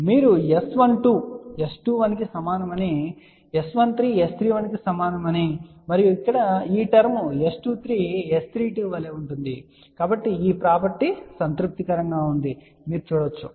కాబట్టి మీరు S12 S21 కు సమానమని S13 S31 కు సమానమని మరియు ఇక్కడ ఈ టర్మ్ S23 S32 వలె ఉంటుంది కాబట్టి ఈ ప్రాపర్టీ సంతృప్తికరంగా ఉందని మీరు చూడవచ్చు